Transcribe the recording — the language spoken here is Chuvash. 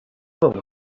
вӑл